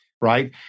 right